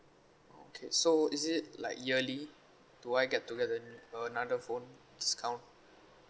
okay so is it like yearly do I get to get a~ another phone discount